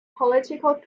political